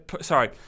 Sorry